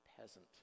peasant